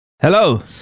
Hello